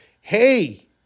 hey